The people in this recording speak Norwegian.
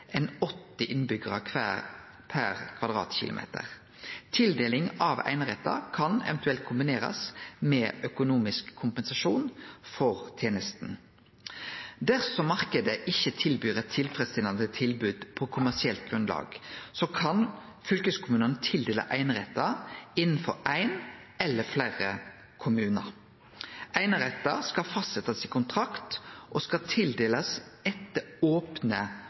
enn 80 innbyggjarar per kvadratkilometer. Tildeling av einerettar kan eventuelt kombinerast med økonomisk kompensasjon for tenesta. Dersom marknaden ikkje tilbyr eit tilfredsstillande tilbod på kommersielt grunnlag, kan fylkeskommunane tildele einerettar innanfor ein eller fleire kommunar. Einerettar skal fastsetjast i kontrakt og skal tildelast etter opne